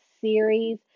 series